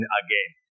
again